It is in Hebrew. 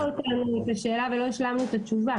אבל שאלת אותנו את השאלה ולא השלמנו את התשובה.